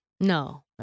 No